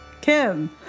kim